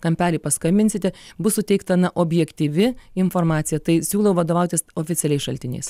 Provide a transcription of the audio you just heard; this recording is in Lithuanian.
kampelį paskambinsite bus suteikta na objektyvi informacija tai siūlau vadovautis oficialiais šaltiniais